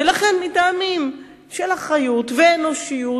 ולכן, מטעמים של אחריות ואנושיות